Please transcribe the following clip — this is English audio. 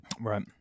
Right